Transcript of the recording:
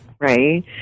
right